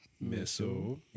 Missile